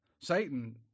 Satan